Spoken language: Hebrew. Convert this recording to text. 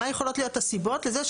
מה יכולות להיות הסיבות לזה,